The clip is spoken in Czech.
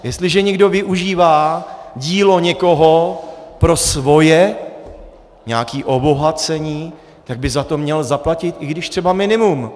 Jestliže někdo využívá dílo někoho pro svoje nějaké obohacení, tak by za to měl zaplatit, i když třeba minimum.